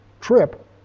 trip